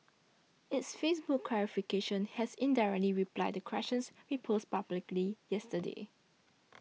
its Facebook clarification has indirectly replied the questions we posed publicly yesterday